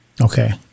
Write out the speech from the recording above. Okay